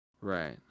Right